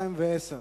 2 ו-10.